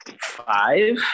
Five